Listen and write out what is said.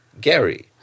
Gary